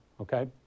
okay